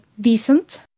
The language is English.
decent